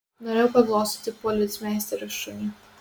norėjau paglostyti policmeisterio šunį